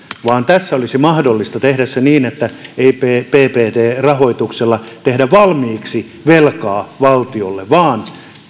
vaan tässä olisi mahdollista tehdä se niin että ei ppp rahoituksella tehdä valmiiksi velkaa valtiolle vaan